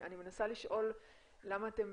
אני מנסה לשאול למה אתם